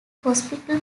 hospital